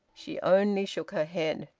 she only shook her head.